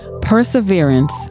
Perseverance